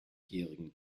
jährigen